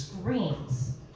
screams